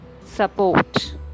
support